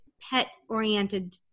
pet-oriented